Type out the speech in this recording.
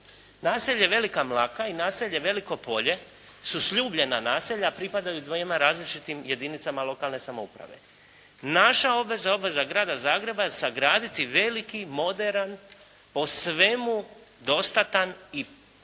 Naselje Velika Mlaka i naselje Veliko Polje su sljubljena naselja, a pripadaju dvjema različitim jedinica lokalne samouprave. Naša obveza, obveza Grada Zagreba je sagraditi veliki, moderan, po svemu dostatan i po